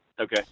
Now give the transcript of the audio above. Okay